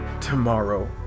tomorrow